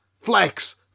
flex